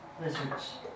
lizards